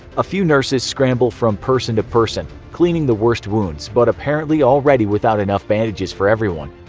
a few nurses scramble from person to person, cleaning the worst wounds, but apparently already without enough bandages for everyone.